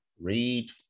read